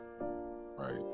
right